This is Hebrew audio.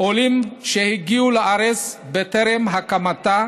עולים שהגיעו לארץ בטרם הקמתה